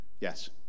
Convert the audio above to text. Yes